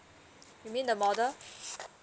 you mean the model